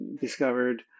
discovered